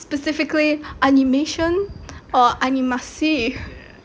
specifically animation or animasi